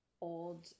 old